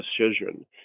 decision